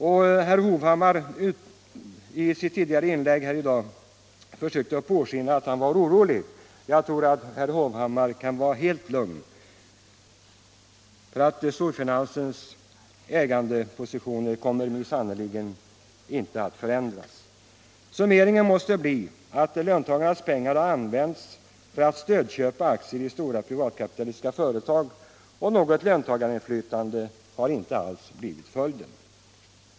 Herr Hovhammar lät i sitt inlägg tidigare i dag påskina att han var orolig. Jag tror att han kan vara helt lugn, för storfinansens ägandepositioner kommer sannerligen inte att förändras. Summeringen måste bli att löntagarnas pengar har använts för att stödköpa aktier i stora privatkapitalistiska företag. Något löntagarinflytande har inte alls blivit följden.